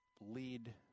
lead